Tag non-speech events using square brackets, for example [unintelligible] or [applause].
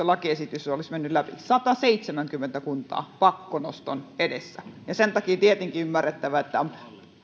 [unintelligible] lakiesitys olisi mennyt läpi sataseitsemänkymmentä kuntaa pakkonoston edessä ja sen takia tietenkin on ymmärrettävää että tämä on